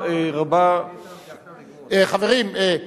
חברים,